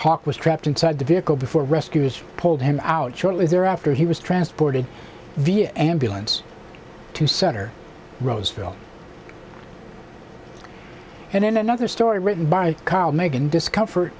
hauke was trapped inside the vehicle before rescuers pulled him out shortly there after he was transported via ambulance to sutter roseville and in another story written by carl megan discomfort